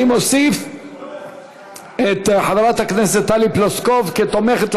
אני מוסיף את חברת הכנסת טלי פלוסקוב כתומכת,